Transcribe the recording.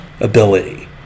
ability